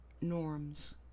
norms